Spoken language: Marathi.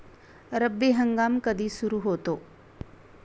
रब्बी हंगाम कधी सुरू होतो?